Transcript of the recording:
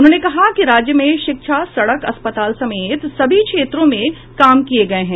उन्होंने कहा कि राज्य में शिक्षा सड़क अस्पताल समेत सभी क्षेत्रों में काम किये गये हैं